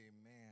amen